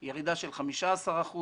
יש שירידה של 15 אחוזים.